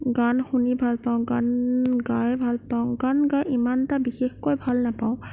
গান শুনি ভাল পাওঁ গান গাই ভাল পাওঁ গান গাই ইমান এটা বিশেষকৈ ভাল নাপাওঁ